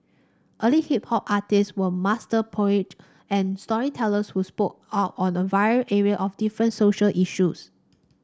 early hip hop artists were master poet and storytellers who spoke out on a very array of different social issues